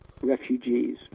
refugees